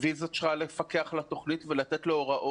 והיא זו שצריכה לפקח על התוכנית ולתת לו הוראות.